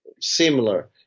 similar